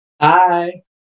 Hi